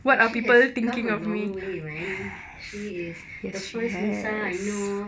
actually that's come a long way man she is the first nisa I know